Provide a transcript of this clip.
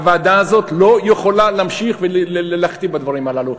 הוועדה הזאת לא יכולה להמשיך להכתיב בדברים הללו.